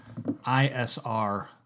ISR